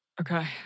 Okay